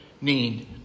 need